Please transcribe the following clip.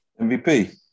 MVP